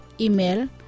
Email